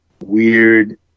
weird